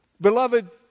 Beloved